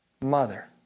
mother